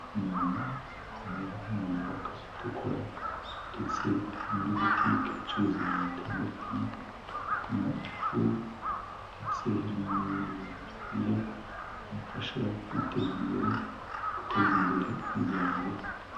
Umumama wambaye umwambaro w'akazi utukura ndetse ari muri boutike acuruza ibintu bitandukanye harimo ifu ndetse harimo n'ibindi bintu byo kurya, bimufasha kwiteza imbere no guteza imbere umuryango we.